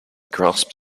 grasped